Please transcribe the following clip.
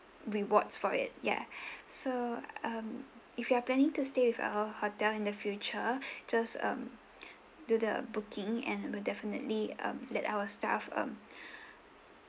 rewards for it ya so um if you are planning to stay with our hotel in the future just um do the booking and we'll definitely um let our staff um